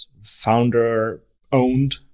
founder-owned